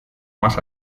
más